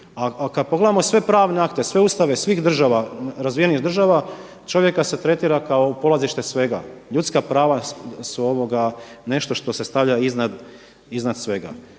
A kada pogledamo sve pravne akte, sve Ustave, svih država, razvijenih država čovjeka se tretira kao polazište svega. Ljudska prava su nešto što se stavlja iznad svega.